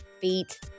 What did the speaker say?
feet